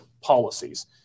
policies